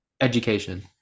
education